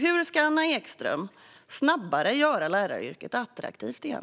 Hur ska Anna Ekström snabbare göra läraryrket attraktivt igen?